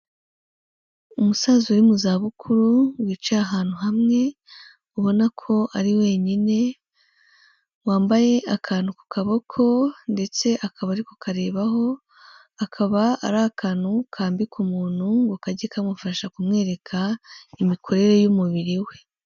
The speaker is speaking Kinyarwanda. Umusaza uri mu zabukuru wicaye ahantu hamwe ubona ko ari wenyine, wambaye akantu ku kaboko ndetse akaba ari kukarebaho, akaba ari akantu kambikwa umuntu ngo kajye kamufasha kumwereka imikorere y'umubiri we.